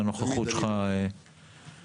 הנוכחות שלך חשובה.